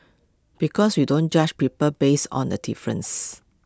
because we don't judge people based on A differences